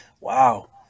Wow